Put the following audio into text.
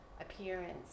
appearance